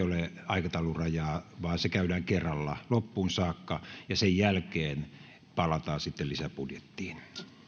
ole aikataulurajaa vaan sen keskustelu käydään kerralla loppuun saakka ja sen jälkeen palataan lisäbudjettiin